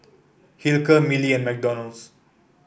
Hilker Mili and McDonald's